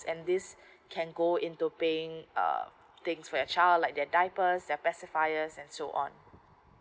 and this can go into paying uh things for your child uh like their diapers their pacifier and so on